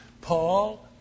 Paul